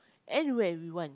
anywhere we want